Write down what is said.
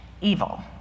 evil